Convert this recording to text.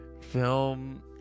film